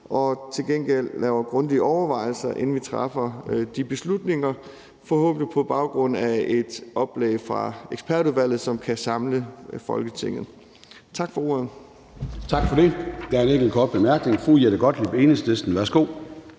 og til gengæld laver grundige overvejelser, inden vi træffer de beslutninger, forhåbentlig på baggrund af et oplæg fra ekspertudvalget, som kan samle Folketinget. Tak for ordet. Kl. 14:17 Formanden (Søren Gade): Tak for det. Der er en enkelt kort bemærkning fra fru Jette Gottlieb, Enhedslisten. Værsgo.